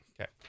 Okay